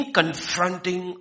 confronting